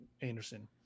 Anderson